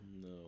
No